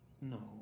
No